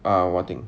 ah what thing